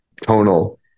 tonal